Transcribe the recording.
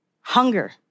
hunger